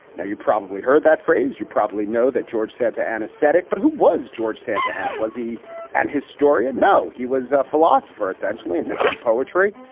now, you probably heard that phrase, you probably know that george said to anesthetic, but who was george santa? and it was he and his story. and no. he was a philosopher, essentially, and did some poetry.